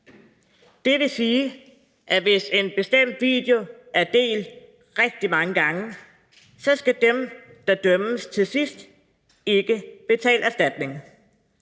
Det vil sige, at hvis en bestemt video er delt rigtig mange gange, skal dem, der dømmes til sidst, ikke betale erstatning.